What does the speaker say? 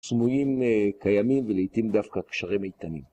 סמויים קיימים ולעיתים דווקא קשרים איתנים.